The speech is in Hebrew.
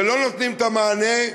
ולא נותנים את המענה.